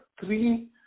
three